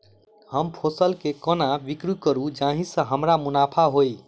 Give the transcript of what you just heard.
हम फसल केँ कोना बिक्री करू जाहि सँ हमरा मुनाफा होइ?